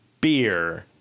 beer